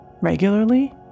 regularly